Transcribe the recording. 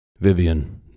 Vivian